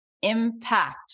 impact